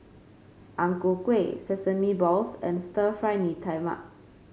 Ang Ku Kueh Sesame Balls and Stir Fry Mee Tai Mak